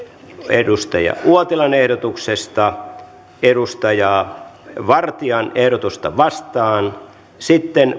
edustaja uotilan ehdotuksesta edustaja vartian ehdotusta vastaan sitten